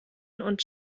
und